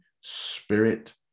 spirit